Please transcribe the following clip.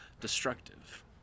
destructive